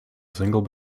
single